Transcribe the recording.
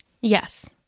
Yes